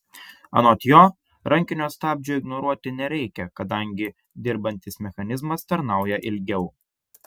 anot jo rankinio stabdžio ignoruoti nereikia kadangi dirbantis mechanizmas tarnauja ilgiau